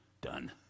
done